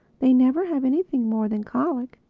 they never have anything more than colic.